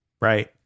right